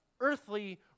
earthly